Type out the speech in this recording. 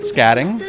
Scatting